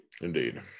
indeed